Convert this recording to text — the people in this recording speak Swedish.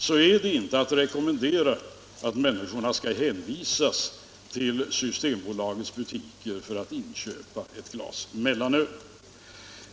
Det är då inte att rekommendera att människorna skall hänvisas till systembolagets butiker för att inköpa mellanöl.